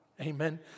Amen